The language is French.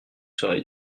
serait